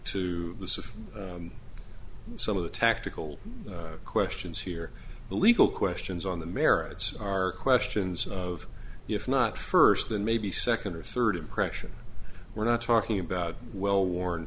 to this if some of the tactical questions here the legal questions on the merits are questions of if not first then maybe so second or third impression we're not talking about well worn